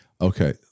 Okay